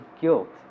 guilt